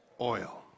oil